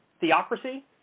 theocracy